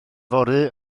fory